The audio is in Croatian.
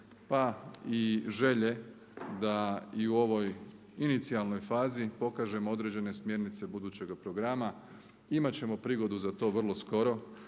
pa i želje da i u ovoj inicijalnoj fazi pokažemo određene smjernice budućega programa. Imati ćemo prigodu za to vrlo skoro